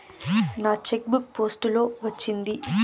నా cheque book post లో వచ్చింది